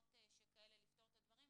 ניסיונות שכאלה לפתור את הדברים.